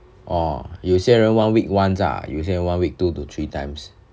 orh 有些人 one week one once lah 有些人 one week two to three times